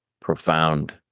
profound